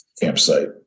campsite